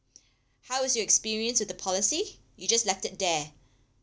how was your experience with the policy you just left it there